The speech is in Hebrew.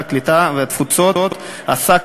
הקליטה והתפוצות עסק,